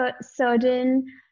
certain